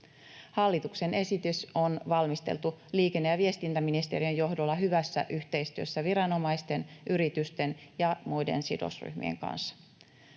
Hallituksen esitys on valmisteltu liikenne- ja viestintäministeriön johdolla hyvässä yhteistyössä viranomaisten, yritysten ja muiden sidosryhmien kanssa.